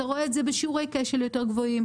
אתה רואה את זה בשיעורי כשל יותר גבוהים,